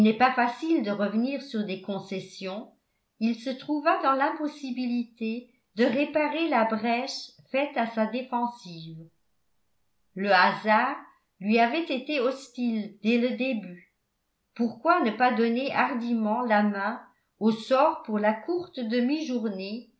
pas facile de revenir sur des concessions il se trouva dans l'impossibilité de réparer la brèche faite à sa défensive le hasard lui avait été hostile dès le début pourquoi ne pas donner hardiment la main au sort pour la courte demi-journée